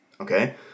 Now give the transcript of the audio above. Okay